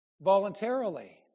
voluntarily